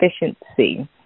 efficiency